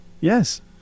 Yes